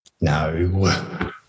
No